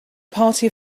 party